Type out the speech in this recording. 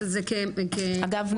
אגב,